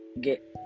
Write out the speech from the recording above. get